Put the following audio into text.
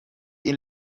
این